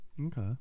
Okay